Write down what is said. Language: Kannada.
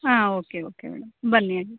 ಹಾಂ ಓಕೆ ಓಕೆ ಮೇಡಮ್ ಬನ್ನಿ